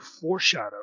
foreshadow